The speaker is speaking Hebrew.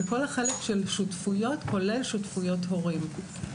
וכל החלק של שותפויות, כולל שותפויות הורים.